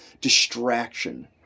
distraction